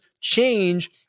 change